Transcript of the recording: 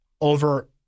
over